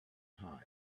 hot